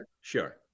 Sure